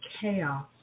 chaos